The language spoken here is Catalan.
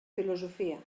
filosofia